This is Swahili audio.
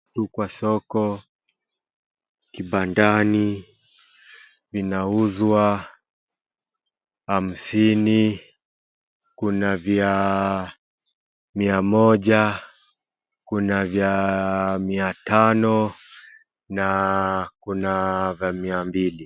Huku kwa soko, kibandani, vinauzwa hamsini, kuna vya mia moja, kuna vya mia tano, na kuna vya mia mbili.